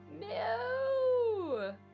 No